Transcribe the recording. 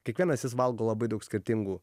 kiekvienas jis valgo labai daug skirtingų